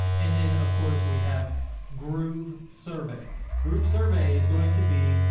and then of course we have groovesurvey groovesurvey is going to be,